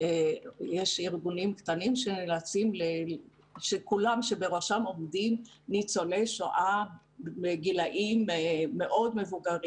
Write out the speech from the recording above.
יש ארגונים קטנים שבראשם עומדים ניצולי שואה בגילאים מבוגרים מאוד,